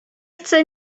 chcę